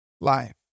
life